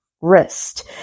Wrist